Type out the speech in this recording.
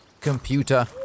computer